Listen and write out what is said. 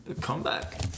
comeback